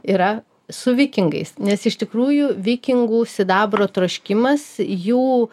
yra su vikingais nes iš tikrųjų vikingų sidabro troškimas jų